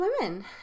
women